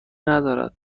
ندارد